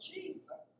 Jesus